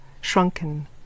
shrunken